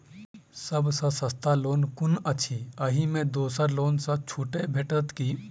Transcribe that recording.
सब सँ सस्ता लोन कुन अछि अहि मे दोसर लोन सँ छुटो भेटत की?